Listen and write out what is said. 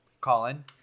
Colin